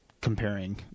comparing